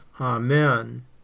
Amen